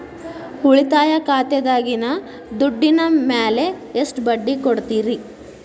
ಉಳಿತಾಯ ಖಾತೆದಾಗಿನ ದುಡ್ಡಿನ ಮ್ಯಾಲೆ ಎಷ್ಟ ಬಡ್ಡಿ ಕೊಡ್ತಿರಿ?